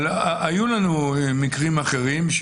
אבל היו לנו מקרים אחרים,